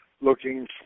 looking